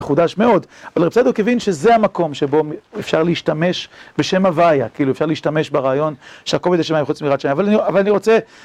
חודש מאוד, אבל רפסאדו הבין שזה המקום שבו אפשר להשתמש בשם הוויה, כאילו אפשר להשתמש ברעיון שהכל בידי שמיים חוץ מיריאת שמיים, אבל אני רוצה...